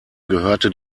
gehörte